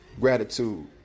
gratitude